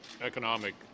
economic